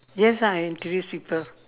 yes ah I introduce people